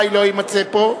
תודה רבה.